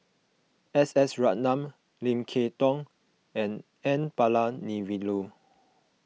S S Ratnam Lim Kay Tong and N Palanivelu